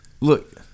Look